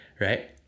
right